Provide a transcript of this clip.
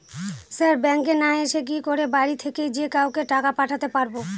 Sir ব্যাঙ্কে না এসে কি করে বাড়ি থেকেই যে কাউকে টাকা পাঠাতে পারবো?